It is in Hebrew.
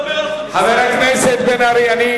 אתה מדבר על חוצפן?